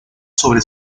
sobre